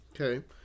Okay